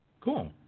Cool